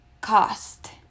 cost